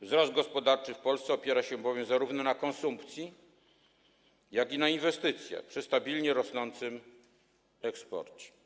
Wzrost gospodarczy w Polsce opiera się bowiem zarówno na konsumpcji, jak i na inwestycjach, przy stabilnie rosnącym eksporcie.